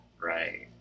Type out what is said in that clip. Right